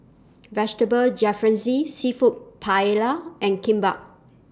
Vegetable Jalfrezi Seafood Paella and Kimbap